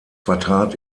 vertrat